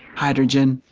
hydrogen,